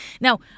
Now